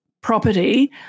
property